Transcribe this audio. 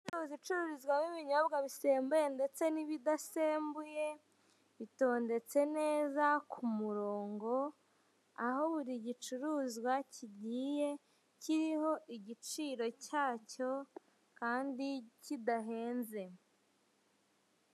Inzu y'ubucuruzi icururizwamo ibinyobwa bisembuye ndetse n'ibidasembuye bitondetse neza ku murongo aho buri gicuruzwa kigiye kiriho igiciro cyacyo kandi kidahenze.